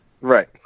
Right